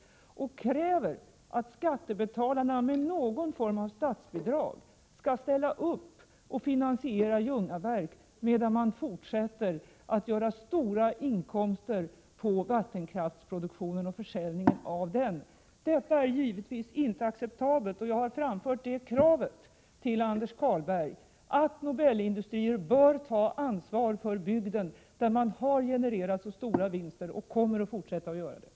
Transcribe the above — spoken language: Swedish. Företaget kräver att skattebetalarna genom någon form av statsbidrag skall ställa upp för att finanisera verksamheten i Ljungaverk, samtidigt som man fortsätter att göra stora inkomster på försäljning av vattenkraftsproduktionen. Detta är givetvis inte acceptabelt. Jag har till Anders Carlberg framfört kravet att Nobelindustrier bör ta ansvar för bygden, där man har genererat stora vinster och så kommer att göra även i fortsättningen.